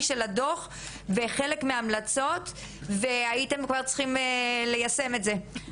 מהדו"ח וחלק מההמלצות והייתם צריכים כבר להתחיל וליישם את זה,